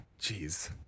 Jeez